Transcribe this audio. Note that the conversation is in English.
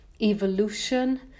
evolution